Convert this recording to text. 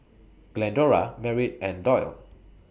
Glendora Merritt and Dollye